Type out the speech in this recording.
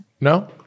no